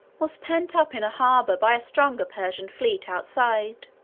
was pent up in a harbor by a stronger persian fleet outside.